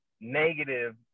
negative